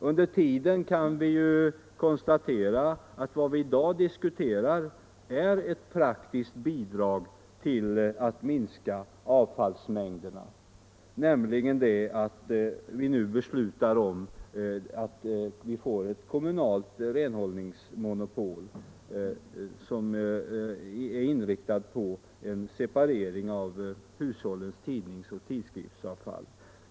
Under tiden kan vi konstatera att vad vi i dag diskuterar är ett praktiskt bidrag till att minska avfallsmängderna, nämligen beslutet om ett kommunalt renhållningsmonopol, som är inriktat på en separering av hushållens tidningsoch tidskriftsavfall.